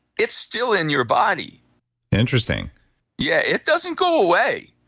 it's still in your body interesting yeah, it doesn't go away.